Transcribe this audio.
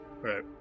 Right